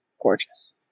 gorgeous